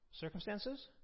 Circumstances